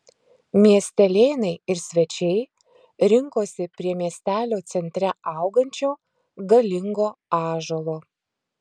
miestelėnai ir svečiai rinkosi prie miestelio centre augančio galingo ąžuolo